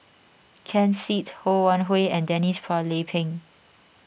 Ken Seet Ho Wan Hui and Denise Phua Lay Peng